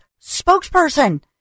spokesperson